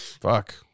Fuck